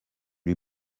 lui